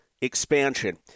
expansion